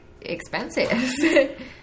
expensive